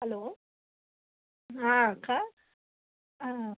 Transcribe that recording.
hello అక్క